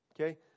okay